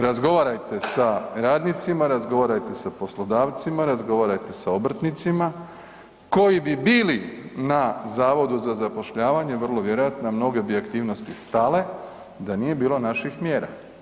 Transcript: Razgovarajte sa radnicima, razgovarajte sa poslodavcima, razgovarajte sa obrtnicima, koji bi bili na Zavodu za zapošljavanje vrlo vjerojatno, mnoge bi aktivnosti stale da nije bilo naših mjera.